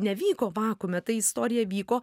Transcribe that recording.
nevyko vakuume ta istorija vyko